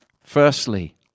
Firstly